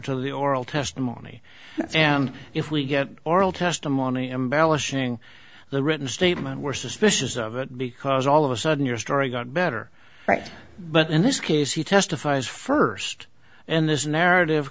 to the oral testimony and if we get oral testimony embellishing the written statement were suspicious of it because all of a sudden your story got better right but in this case he testifies first and this narrative